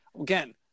again